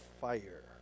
fire